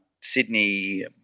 Sydney